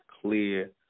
clear